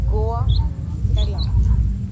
Goa Kerala